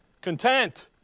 Content